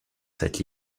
cette